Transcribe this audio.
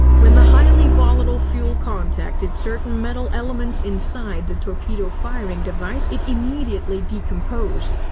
when the highly volatile fuel contacted certain metal elements inside the torpedo firing device, it immediately decomposed.